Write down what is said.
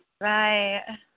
Right